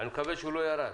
תוכנית הסיוע לאולמות,